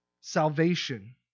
Salvation